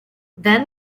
then